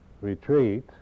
retreat